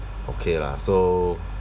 okay lah so